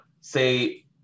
say